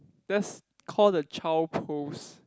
that's call the child pose